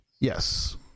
Yes